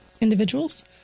individuals